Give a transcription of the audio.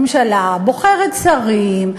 ממשלה בוחרת שרים,